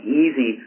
easy